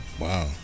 Wow